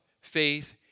faith